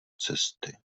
cesty